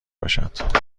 باشد